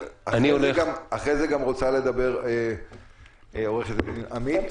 אחרי רוצה לדבר גם עורכת הדין עמית,